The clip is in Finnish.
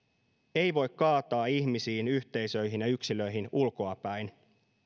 ei voi kaataa ihmisiin yhteisöihin ja yksilöihin ulkoapäin